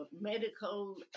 medical